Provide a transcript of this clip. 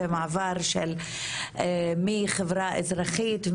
זה מעבר מחברה אזרחית,